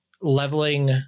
leveling